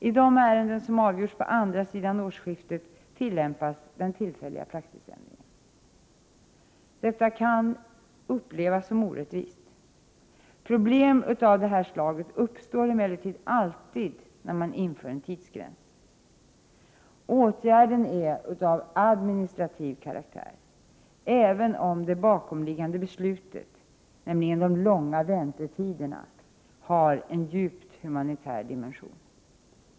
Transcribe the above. I de ärenden som avgjorts på andra sidan årsskiftet tillämpas den tillfälliga praxisändringen. Detta kan upplevas som orättvist. Problem av det här slaget uppstår emellertid alltid när man inför en tidsgräns. Åtgärden är av administrativ karaktär, även om det bakomliggande skälet — de långa väntetiderna — har en djupt humanitär dimension.